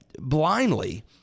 blindly